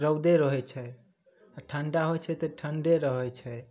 रौदे रहै छै आ ठंडा होइ छै तऽ ठंडे रहै छै